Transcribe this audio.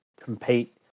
compete